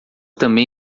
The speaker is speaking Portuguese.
também